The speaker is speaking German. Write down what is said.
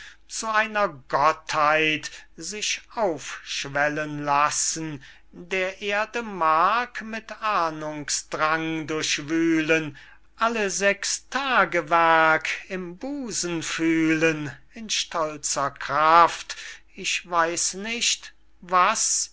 zu einer gottheit sich aufschwellen lassen der erde mark mit ahndungsdrang durchwühlen alle sechs tagewerk im busen fühlen in stolzer kraft ich weiß nicht was